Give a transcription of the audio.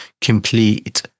complete